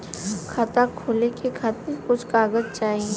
खाता खोले के खातिर कुछ कागज चाही?